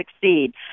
succeed